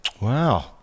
Wow